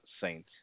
Saint